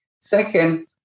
Second